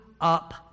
up